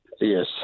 Yes